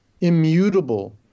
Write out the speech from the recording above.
immutable